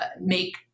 make